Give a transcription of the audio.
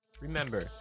Remember